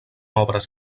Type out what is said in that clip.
obres